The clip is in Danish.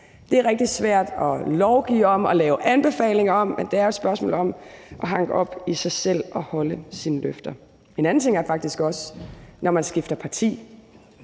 rigtig svært at lovgive om og lave anbefalinger om, men det er et spørgsmål om at hanke op i sig selv og holde sine løfter. En anden ting er faktisk også, når man skifter parti.